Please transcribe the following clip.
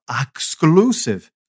exclusive